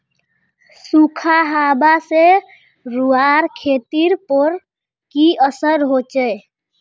सुखखा हाबा से रूआँर खेतीर पोर की असर होचए?